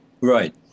Right